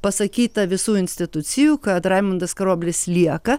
pasakyta visų institucijų kad raimundas karoblis lieka